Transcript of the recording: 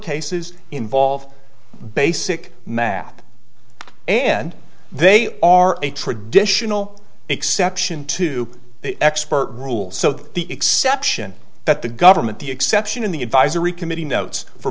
cases involve basic math and they are a traditional exception to expert rule so that the exception that the government the exception in the advisory committee notes for